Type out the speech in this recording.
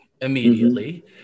immediately